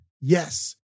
yes